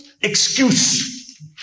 excuse